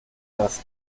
das